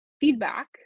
feedback